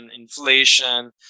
inflation